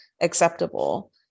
acceptable